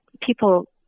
people